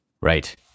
Right